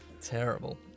Terrible